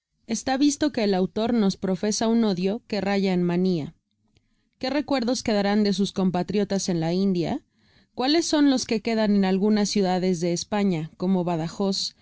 está visto que el autor nos profesa un ódio que raya en mania que recuerdos quedaran de sus compatriotas en la la dia cuales son los que quedan en algunas ciudades de españa como badajoz san